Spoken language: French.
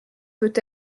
peut